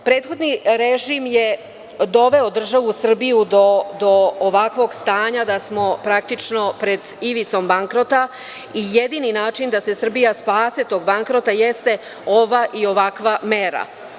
Prethodni režim je doveo državu Srbiju do ovakvog stanja da smo praktično pred ivicom bankrota i jedini način da se Srbija spase tog bankrota jeste ova i ovakva mera.